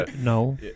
No